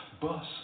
Bus